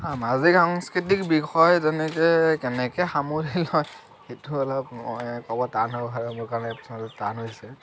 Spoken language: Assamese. সামাজিক সাংস্কৃতিক বিষয় তেনেকে কেনেকৈ সামৰি লয় সেইটো অলপ মই ক'ব টান হ'ব মোৰ কাৰণে প্ৰশ্নটো টান হৈছে